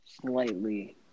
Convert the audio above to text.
slightly